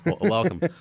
welcome